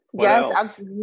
Yes